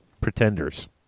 pretenders